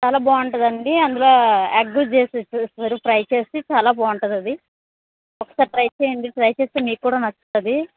చాలా బాగుంటుందండి అందులో ఎగ్ ఫ్రై చేసి చాలా బాగుంటుంది ఒకసారి ట్రై చెయ్యండి ట్రై చేస్తే మీకు కూడా నచ్చుతుంది